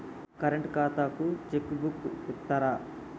Current ఖాతాకు check book ఇత్తరా?